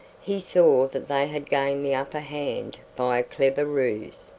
he saw that they had gained the upper hand by a clever ruse,